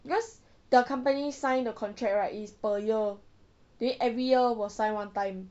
because their company sign the contract right is per year that means every year will sign one time